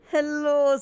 Hello